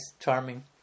charming